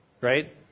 Right